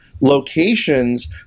locations